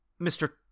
Mr